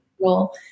role